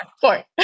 Four